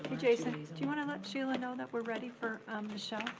but jason, do you wanna let sheila know that we're ready for michelle?